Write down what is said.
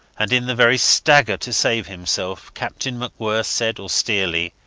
and in the very stagger to save himself, captain macwhirr said austerely,